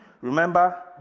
Remember